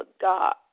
God